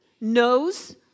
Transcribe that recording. knows